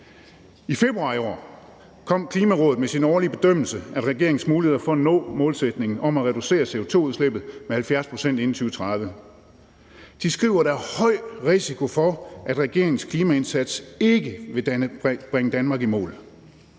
I februar i år kom Klimarådet med sin årlige bedømmelse af regeringens muligheder for at nå målsætningen om at reducere CO2-udslippet med 70 pct. inden 2030. Rådet skriver, at der er høj risiko for, at regeringens klimaindsats ikke vil bringe Danmark i mål.